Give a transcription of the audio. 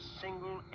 single